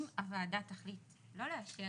אם הוועדה תחליט לא לאשר,